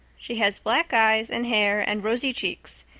she has black eyes and hair and rosy cheeks.